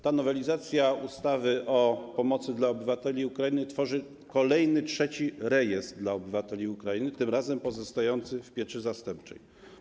Ta nowelizacja ustawy o pomocy dla obywateli Ukrainy tworzy kolejny, trzeci rejestr dla obywateli Ukrainy, tym razem pozostających w pieczy zastępczej.